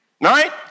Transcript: Right